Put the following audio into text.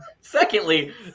Secondly